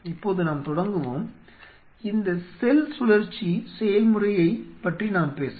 இப்போது நாம் தொடங்குவோம் இந்த செல் சுழற்சி செயல்முறையைப் பற்றி நாம் பேசலாம்